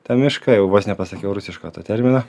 tą mišką jau vos nepasakiau rusiško to termino